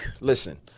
Listen